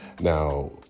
Now